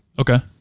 Okay